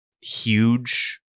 huge